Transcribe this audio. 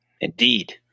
Indeed